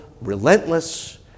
relentless